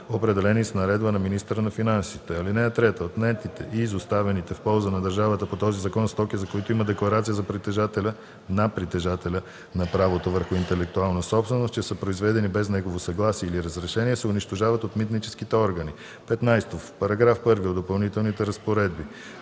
определени с наредба на министъра на финансите. (3) Отнетите и изоставените в полза на държавата по този закон стоки, за които има декларация на притежателя на право върху интелектуална собственост, че са произведени без неговото съгласие или разрешение, се унищожават от митническите органи.“ 15. В § 1 от Допълнителната разпоредба: